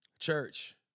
Church